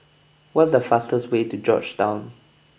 what is the fastest way to Georgetown